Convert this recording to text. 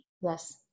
Yes